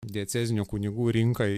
diecezinių kunigų rinką